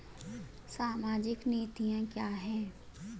सामाजिक नीतियाँ क्या हैं?